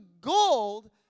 gold